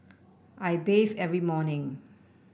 I bathe every morning